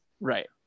Right